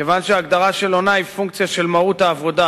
כיוון שהגדרה של עונה היא פונקציה של מהות העבודה,